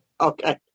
Okay